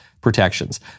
protections